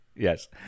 Yes